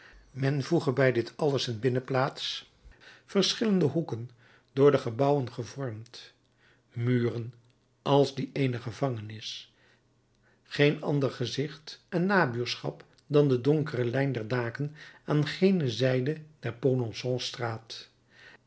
men voege bij dit alles een binnenplaats verschillende hoeken door de gebouwen gevormd muren als die eener gevangenis geen ander gezicht en nabuurschap dan de donkere lijn der daken aan gene zijde der